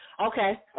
Okay